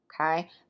Okay